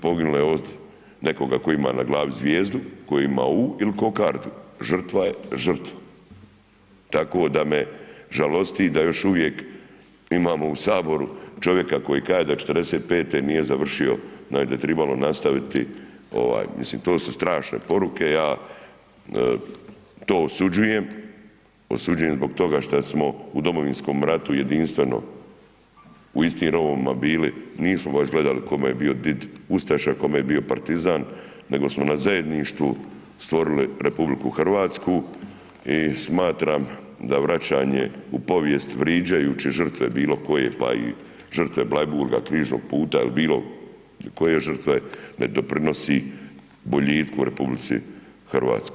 Bilo poginule od nekoga tko ima na glavi zvijezdu, koji ima U ili ... žrtva je žrtva tako da me žalosti da još uvijek imamo u Saboru čovjeka kaže da '45. nije završio, znači da je trebalo nastaviti, ovaj, mislim to su strašne poruke, ja to osuđujem, osuđujem zbog toga šta smo u Domovinskom ratu jedinstveno u istim rovovima bili, nismo baš gledali kome je bio djed ustaša, kome je partizan nego smo na zajedništvu stvorili RH i smatram da vraćanje u povijest vrijeđajući žrtve bilokoje pa i žrtve Bleiburga, križnog puta ili bilokoje žrtve ne doprinosi boljitku u RH.